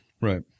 right